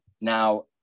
now